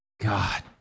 god